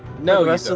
No